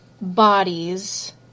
bodies